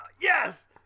Yes